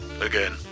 Again